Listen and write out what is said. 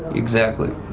exactly.